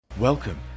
Welcome